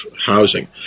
housing